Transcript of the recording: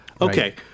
Okay